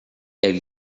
elle